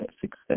success